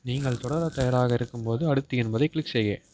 நீங்கள் தொடரத் தயாராக இருக்கும்போது அடுத்து என்பதைக் க்ளிக் செய்க